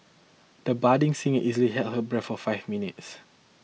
the budding singer easily held her breath for five minutes